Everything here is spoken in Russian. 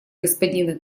господина